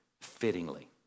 fittingly